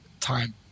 time